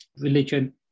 religion